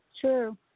true